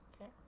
Okay